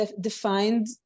defined